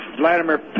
Vladimir